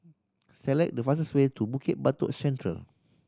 select the fastest way to Bukit Batok Central